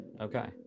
Okay